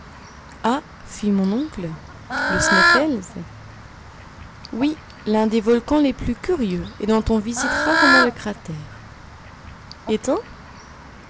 ah fit mon oncle le sneffels oui l'un des volcans les plus curieux et dont on visite rarement le cratère